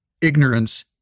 ignorance